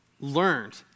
learned